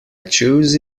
chose